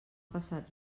passat